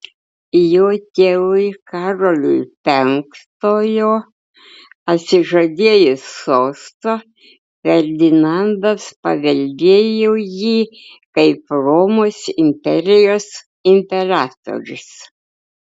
jo tėvui karoliui penktojo atsižadėjus sosto ferdinandas paveldėjo jį kaip romos imperijos imperatorius